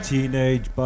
Teenage